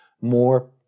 more